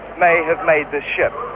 may have made this ship.